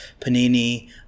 Panini